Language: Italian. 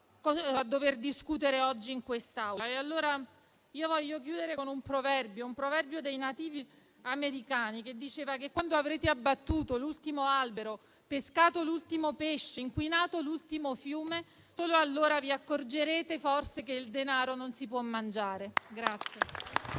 a dover discutere oggi in quest'Aula. Voglio concludere con un proverbio dei nativi americani, che diceva che quando avrete abbattuto l'ultimo albero, pescato l'ultimo pesce, inquinato l'ultimo fiume, solo allora vi accorgerete forse che il denaro non si può mangiare.